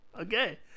Okay